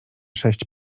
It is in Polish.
sześć